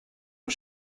aux